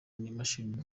n’imashini